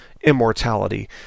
immortality